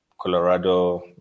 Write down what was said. Colorado